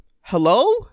Hello